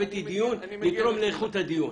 הבאתי דיון לתרום לאיכות הדיון.